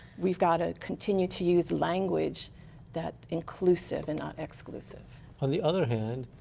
we've got to continue to use language that inclusive and not exclusive. on the other hand,